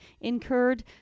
incurred